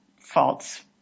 faults